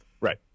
Right